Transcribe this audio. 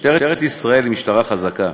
משטרת ישראל היא משטרה חזקה.